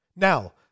Now